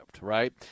right